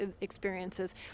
experiences